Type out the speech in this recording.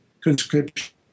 conscription